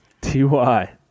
T-Y